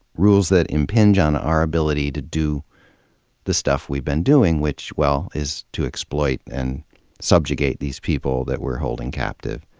rules that impinge on our ability to do the stuff we've been doing, which, well, is to exploit and subjugate these people that we're holding captive.